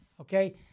okay